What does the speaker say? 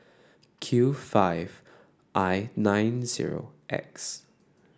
Q five I nine zero X